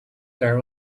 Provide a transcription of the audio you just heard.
there